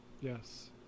yes